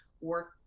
work